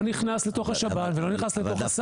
לא נכנס לתוך השב"ן ולא נכנס לתוך הסל.